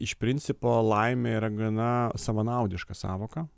iš principo laimė yra gana savanaudiška sąvoka